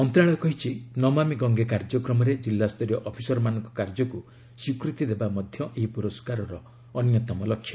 ମନ୍ତ୍ରଣାଳୟ କହିଛି ନମାମି ଗଙ୍ଗେ କାର୍ଯ୍ୟକ୍ରମରେ କିଲ୍ଲାସ୍ତରୀୟ ଅଫିସରମାନଙ୍କ କାର୍ଯ୍ୟକୁ ସ୍ୱୀକୃତି ଦେବା ମଧ୍ୟ ଏହି ପୁରସ୍କାରର ଅନ୍ୟତମ ଲକ୍ଷ୍ୟ